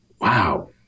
Wow